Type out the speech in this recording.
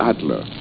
Adler